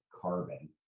carbon